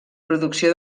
producció